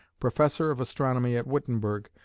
professor of astronomy at wittenberg,